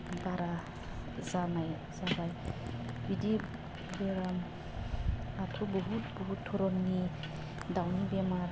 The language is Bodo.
बारा जानाय जाबाय बिदि बेराम आथ' बुहुद बुहुद धरननि दाउनि बेमार